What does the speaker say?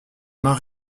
mains